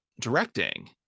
directing